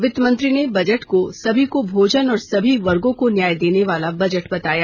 वित मंत्री ने बजट को सभी को भोजन और सभी वर्गो को न्याय देने वाला बजट बताया